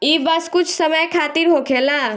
ई बस कुछ समय खातिर होखेला